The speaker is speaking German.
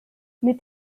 mit